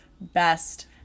best